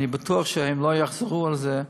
אני בטוח שהם לא יחזרו על זה.